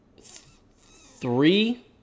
three